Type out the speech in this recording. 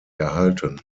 erhalten